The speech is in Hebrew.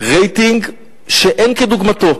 רייטינג שאין כדוגמתו.